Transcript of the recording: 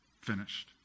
finished